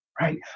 Right